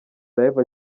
live